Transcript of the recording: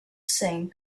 same